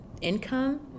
income